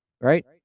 right